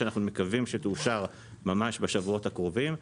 שאנחנו מקווים שהיא תאושר ממש בשבועות הקרובים,